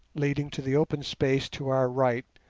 leading to the open space to our right,